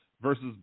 versus